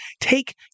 take